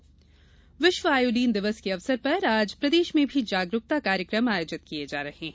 iodine दिवस विश्व iodine दिवस के अवसर पर आज प्रदेश में भी जागरुकता कार्यकम आयोजित किये जा रहे हैं